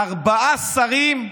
ארבעה שרים,